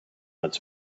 its